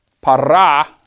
para